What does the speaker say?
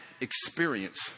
experience